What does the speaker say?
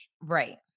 right